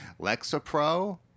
Lexapro